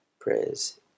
prayers